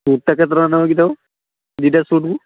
ସୁଟ୍ଟା କେତେ ଟଙ୍କା ନେବ କି ତମେ ଦୁଇଟା ସୁଟ୍କୁ